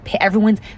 everyone's